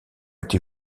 été